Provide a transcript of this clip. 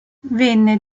venne